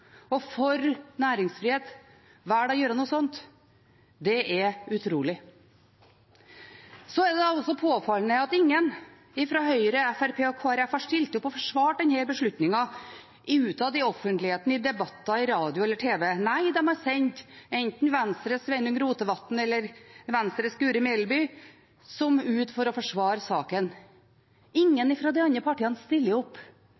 og for næringsfrihet, velger å gjøre noe sånt, er utrolig. Det er også påfallende at ingen fra Høyre, Fremskrittspartiet eller Kristelig Folkeparti har stilt opp og forsvart denne beslutningen utad i offentligheten, i debatter i radio eller TV. Nei, de har sendt enten Venstres Sveinung Rotevatn eller Venstres Guri Melby for å forsvare saken. Ingen fra de andre partiene stiller opp